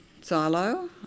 silo